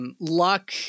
Luck